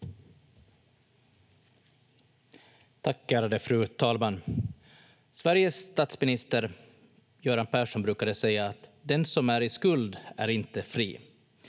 Tack, ärade fru talman! Sveriges statsminister Göran Persson brukade säga att den som är i skuld är inte fri.